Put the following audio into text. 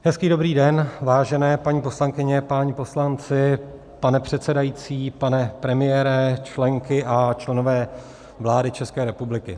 Hezký dobrý den, vážené paní poslankyně, páni poslanci, pane předsedající, pane premiére, členky a členové vlády České republiky.